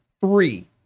three